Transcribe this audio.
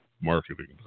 marketing